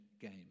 game